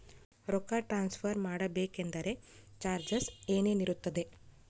ರೊಕ್ಕ ಟ್ರಾನ್ಸ್ಫರ್ ಮಾಡಬೇಕೆಂದರೆ ಚಾರ್ಜಸ್ ಏನೇನಿರುತ್ತದೆ?